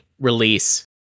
release